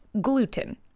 gluten